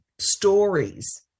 stories